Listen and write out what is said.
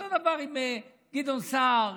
אותו דבר עם גדעון סער.